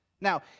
Now